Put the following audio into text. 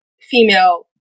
female